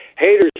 haters